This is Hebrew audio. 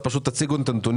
אז פשוט תציגו את הנתונים,